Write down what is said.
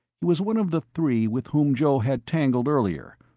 he was one of the three with whom joe had tangled earlier,